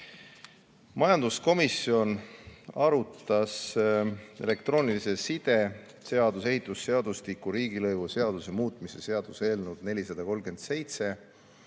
Majanduskomisjon arutas elektroonilise side seaduse, ehitusseadustiku ja riigilõivuseaduse muutmise seaduse eelnõu 437